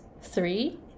three